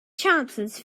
chances